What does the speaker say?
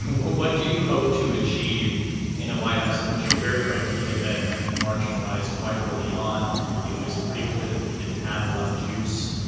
what do you hope to achieve in a white house in which you're very right. he had been i think marginalized quite early on it was pretty clear that he didn't have a lot of juice.